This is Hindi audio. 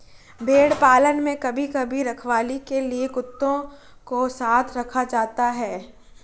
भेड़ पालन में कभी कभी रखवाली के लिए कुत्तों को साथ रखा जाता है